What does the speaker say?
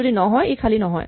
যদি নন নহয় ই খালী নহয়